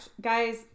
Guys